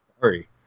sorry